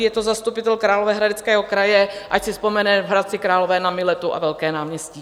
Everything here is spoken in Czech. Je to zastupitel Královéhradeckého kraje, ať si vzpomene v Hradci Králové na Miletu a velké náměstí.